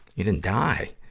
you didn't die.